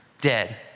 dead